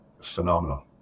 phenomenal